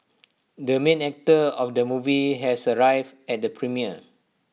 the main actor of the movie has arrived at the premiere